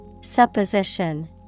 Supposition